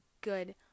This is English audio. good